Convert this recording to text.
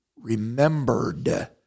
remembered